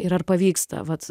ir ar pavyksta vat